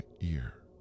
ear